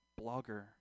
blogger